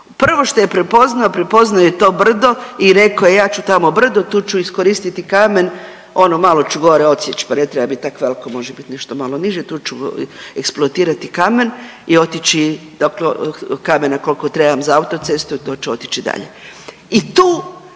prvo što je prepoznao, prepoznao je to brdo i rekao ja ću tamo brdo tu ću iskoristiti kamen, ono malo ću gore odsjeć pa ne treba bit tak veliko može bit nešto malo niže, tu ću eksploatirati kamen i otići dakle kamena kolko trebam za autocestu to ću otići dalje.